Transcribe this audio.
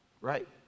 Right